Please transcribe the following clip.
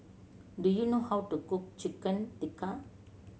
do you know how to cook Chicken Tikka